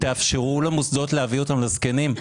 תאפשרו למוסדות להביא אותם לזקנים.